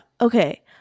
okay